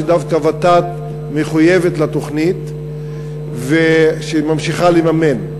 שדווקא ות"ת מחויבת לתוכנית וממשיכה לממן.